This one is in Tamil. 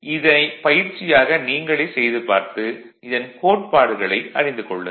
இதனைப் பயிற்சியாக நீங்களே செய்து பார்த்து இதன் கோட்பாடுகளை அறிந்து கொள்ளுங்கள்